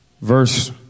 Verse